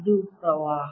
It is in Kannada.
ಇದು ಪ್ರವಾಹ